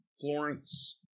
Florence